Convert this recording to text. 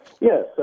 Yes